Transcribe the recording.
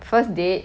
first date